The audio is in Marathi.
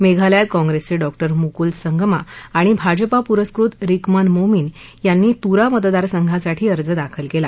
मध्येलयात काँप्रस्प्रेखी मुकूल संगमा आणि भाजपा पुरस्कृत रिकमन मोमीन यांनी तुरा मतदारसंघांसाठी अर्ज दाखल कला